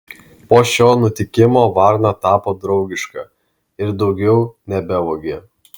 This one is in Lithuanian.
po šio nutikimo varna tapo draugiška ir daugiau nebevogė